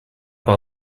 par